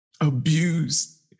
abused